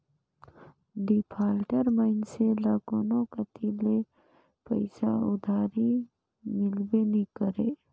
defaulter मइनसे ल कोनो कती ले पइसा उधारी मिलबे नी करे